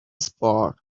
sport